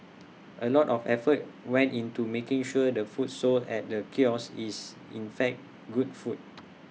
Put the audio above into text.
A lot of effort went into making sure the food sold at the kiosk is in fact good food